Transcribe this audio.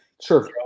Sure